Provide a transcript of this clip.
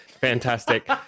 fantastic